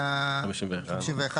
151,